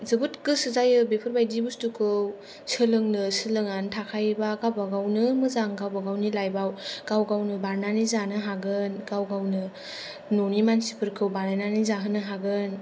ओंखायनो जोबोद गोसो जायो बेफोरबादि बस्थुखौ सोलोंनो सोलोंनानै थाखायोब्ला गावबा गावनो मोजां गावबा गावनि लाइफाव जानो हागोन गाव गावनो बानायनानै जानो हागोन गाव गावनो न'नि मानसिफोरखौ बानायनानै जाहोनो हागोन